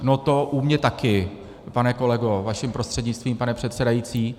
No, to u mě taky, pane kolego, vaším prostřednictvím, pane předsedající.